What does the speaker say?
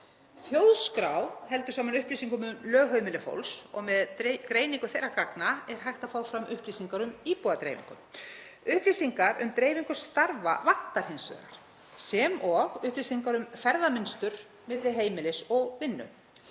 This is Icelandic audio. Þjóðskrá hefur upplýsingar um lögheimili fólks og með greiningu þeirra gagna er hægt að fá fram upplýsingar um íbúadreifingu. Upplýsingar um dreifingu starfa vantar hins vegar, sem og upplýsingar um ferðamynstur milli heimilis og vinnu.